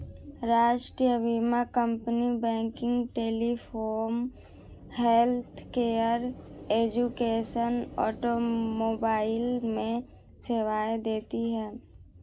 राष्ट्रीय बीमा company banking, telecom, healthcare, education, automobile में सेवाएं देती है